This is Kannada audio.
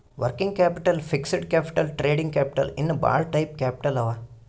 working capital, fixed capital, trading capital ಇನ್ನಾ ಭಾಳ ಟೈಪ್ ಕ್ಯಾಪಿಟಲ್ ಅವಾ